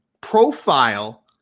profile